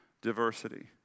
diversity